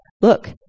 look